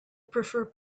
prefer